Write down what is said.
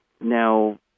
Now